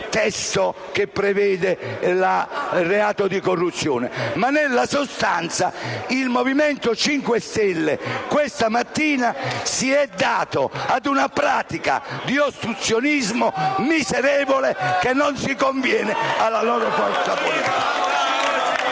che prevede il reato di corruzione, mentre nella sostanza il Movimento 5 Stelle questa mattina si è dato ad una pratica di ostruzionismo miserevole che non si conviene alla loro forza politica.